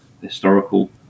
historical